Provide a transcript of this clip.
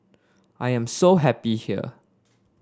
I am so happy here